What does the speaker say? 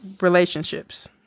Relationships